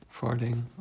farting